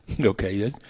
okay